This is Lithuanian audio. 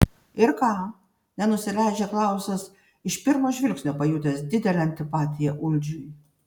ir ką nenusileidžia klausas iš pirmo žvilgsnio pajutęs didelę antipatiją uldžiui